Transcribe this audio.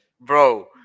Bro